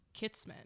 Kitsman